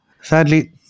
Sadly